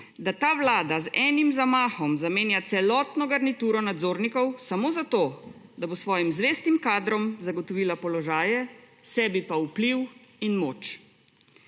da ta Vlada z enim zamahom zamenja celotno garnituro nadzornikov samo zato, da bo svojim zvestim kadrom zagotovila položaje, sebi pa vpliv in moč?